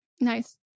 Nice